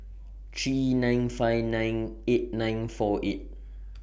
three nine five nine eight nine four eight